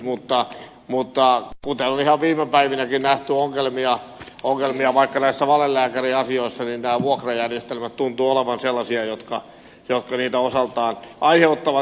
mutta kuten on ihan viime päivinäkin nähty ongelmia vaikka näissä valelääkäriasioissa niin nämä vuokrajärjestelmät tuntuvat olevan sellaisia jotka niitä osaltaan aiheuttavat